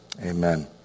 amen